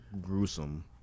gruesome